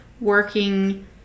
working